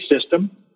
system